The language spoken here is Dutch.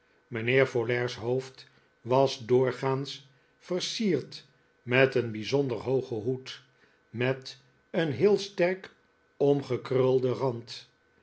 mijnheer folair's hoofd was doorgaans versierd met een bijzonder hoogen hoed met een heel sterk omgekrulden rand